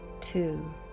Two